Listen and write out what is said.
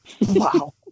Wow